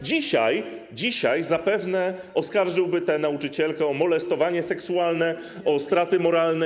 Dzisiaj zapewne oskarżyłby tę nauczycielkę o molestowanie seksualne, o straty moralne.